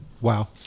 Wow